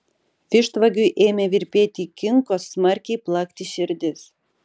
vištvagiui ėmė virpėti kinkos smarkiai plakti širdis